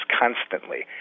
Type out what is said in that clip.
constantly